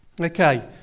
Okay